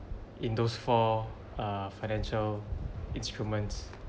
in those for a financial instruments